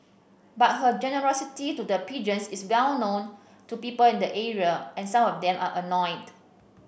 but her generosity to the pigeons is well known to people in the area and some of them are annoyed